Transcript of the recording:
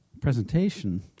presentation